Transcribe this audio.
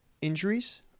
injuries